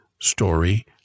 story